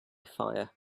fire